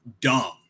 dumb